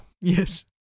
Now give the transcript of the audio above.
Yes